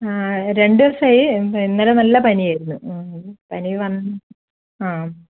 ആഹ് രണ്ടു ദിവസമായി ഇന്നലെ നല്ല പനിയായിരുന്നു പനി വന്ന് ആം